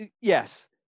yes